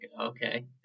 okay